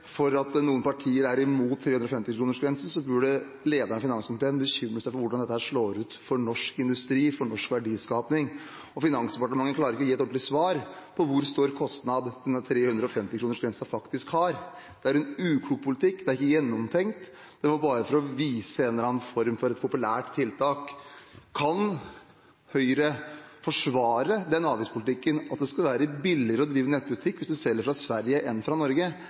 for at noen partier er imot 350-kronersgrensen, burde lederen i finanskomiteen bekymre seg for hvordan dette slår ut for norsk industri, for norsk verdiskaping. Finansdepartementet klarer ikke å gi et ordentlig svar på hvor stor kostnad denne 350-kronersgrensen faktisk har. Det er en uklok politikk, det er ikke gjennomtenkt, det var bare for å vise en eller annen form for populært tiltak. Kan Høyre forsvare den avgiftspolitikken at det skal være billigere å drive nettbutikk hvis man selger fra Sverige enn fra Norge?